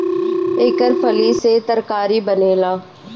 एकर फली से तरकारी बनेला